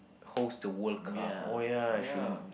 host the World Cup oh ya should